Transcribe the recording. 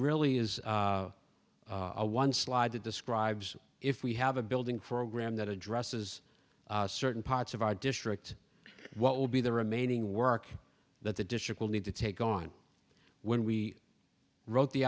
really is a one slide that describes if we have a building for graham that addresses certain parts of our district what will be the remaining work that the district will need to take on when we wrote the